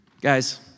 guys